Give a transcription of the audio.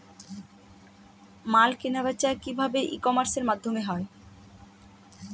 মাল কেনাবেচা কি ভাবে ই কমার্সের মাধ্যমে হয়?